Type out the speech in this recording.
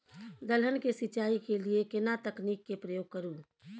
दलहन के सिंचाई के लिए केना तकनीक के प्रयोग करू?